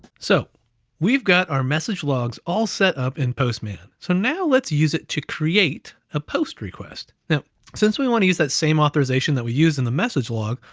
so we've got our message logs all set up in postman. so now let's use it to create a post request. now since we want to use that same authorization that we use in the message log,